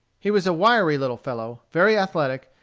he was a wiry little fellow, very athletic,